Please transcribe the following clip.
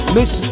Miss